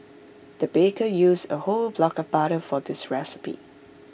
the baker used A whole block of butter for this recipe